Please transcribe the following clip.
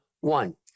one